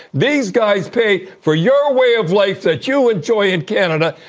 these guys pay for your way of life that you enjoy in canada.